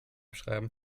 schreiben